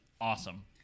awesome